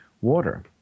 water